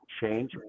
change